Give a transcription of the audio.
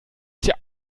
tja